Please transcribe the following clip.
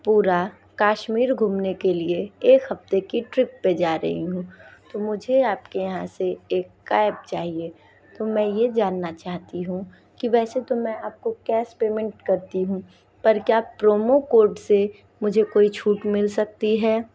पूरा काश्मीर घूमने के लिए एक हफ्ते की ट्रिप पे जा रही हूँ तो मुझे आपके यहाँ से एक कैब चाहिए तो मैं ये जानना चाहती हूँ कि वैसे तो मैं आपको कैश पेमेंट करती हूँ पर क्या प्रोमो कोड से मुझे कोई छूट मिल सकती है